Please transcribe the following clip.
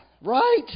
Right